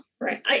right